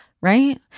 right